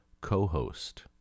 co-host